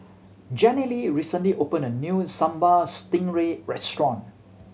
Jenilee recently opened a new Sambal Stingray restaurant